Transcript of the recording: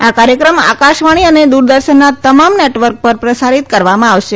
આ કાર્યક્રમ આકાશવાણી અને દુરદર્શનના તમામ નેટવર્ક પર પ્રસારિત કરવામાં આવશે